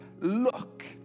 look